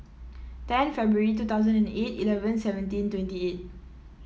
ten February two thousand and eight eleven seventeen twenty eight